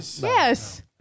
Yes